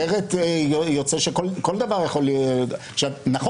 אחרת יוצא שכל דבר נכון,